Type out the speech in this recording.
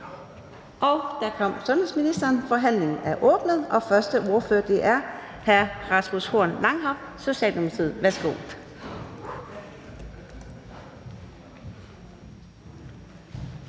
Ja, der kom sundhedsministeren. Forhandlingen er åbnet, og den første ordfører er hr. Rasmus Horn Langhoff, Socialdemokratiet. Værsgo.